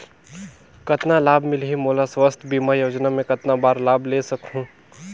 कतना लाभ मिलही मोला? स्वास्थ बीमा योजना मे कतना बार लाभ ले सकहूँ?